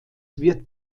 wird